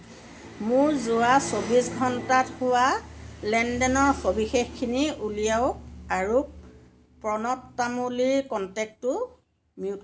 মোৰ যোৱা চৌব্বিছ ঘণ্টাত হোৱা লেনদেনৰ সবিশেষখিনি উলিয়াওক আৰু প্ৰণৱ তামূলী কণ্টেক্টটো মিউট কৰক